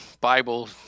Bible